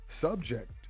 Subject